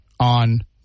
on